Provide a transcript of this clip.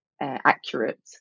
accurate